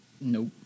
Nope